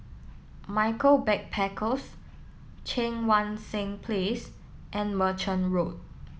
Michaels Backpackers Cheang Wan Seng Place and Merchant Road